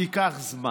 ייקח זמן.